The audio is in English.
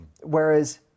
whereas